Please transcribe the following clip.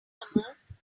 newcomers